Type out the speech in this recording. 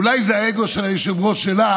אולי זה האגו של היושב-ראש שלה,